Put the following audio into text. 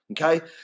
Okay